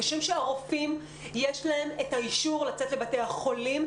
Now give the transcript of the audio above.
כשם שהרופאים יש להם את האישור לצאת לבתי החולים,